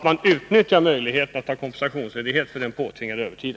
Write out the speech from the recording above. Man utnyttjar möjligheten att vara kompensationsledig — en ersättning för påtvingad övertid.